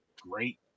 great